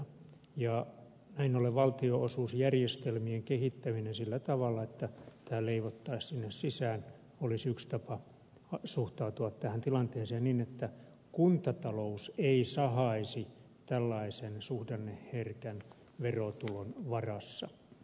näin ollen valtionosuusjärjestelmien kehittäminen sillä tavalla että tämä leivottaisiin sinne sisään olisi yksi tapa suhtautua tähän tilanteeseen niin että kuntatalous ei sahaisi tällaisen suhdanneherkän verotulon varassa